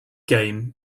game